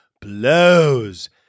blows